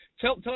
tell